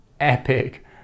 epic